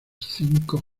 cinco